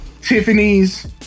Tiffany's